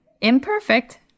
imperfect